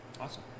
Awesome